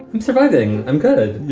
i'm surviving. i'm good. yeah,